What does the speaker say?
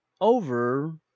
over